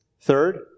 Third